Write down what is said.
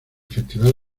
festival